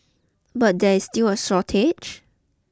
but there is still a shortage